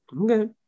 Okay